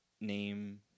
name